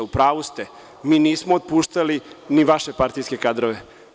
U pravu ste, mi nismo otpuštali ni vaše partijske kadrove.